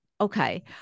Okay